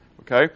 Okay